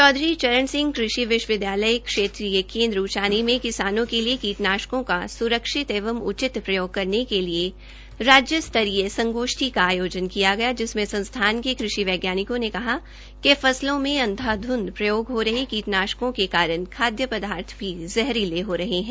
चौधरी चरण सिंह कृषि विश्वविद्यालय क्षेत्रीय केंद्र उचानी में किसानों के लिए कीटनाशियों का सुरक्षित एवं उचित प्रयोग करने के लिए राज्य स्तरीय सेमिनार का आयोजन किया गया जिसमे संस्थान के कृषि वैज्ञानिकों ने कहा कि फसलों में अंधाधुंध प्रयोग हो रहे कीटनाशकों के कारण हमारा खाद्य पदार्थ भी जहरीला हो रहा है